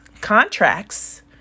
contracts